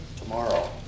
tomorrow